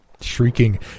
Shrieking